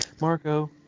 Marco